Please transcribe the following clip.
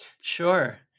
Sure